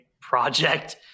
project